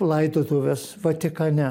laidotuvės vatikane